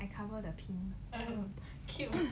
I cover the P